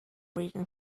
written